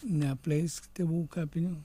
neapleisk tėvų kapinių